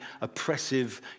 oppressive